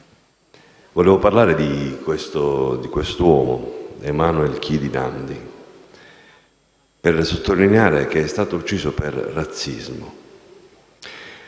Vorrei parlare di un uomo, Emmanuel Chidi Namdi, per sottolineare che è stato ucciso per razzismo.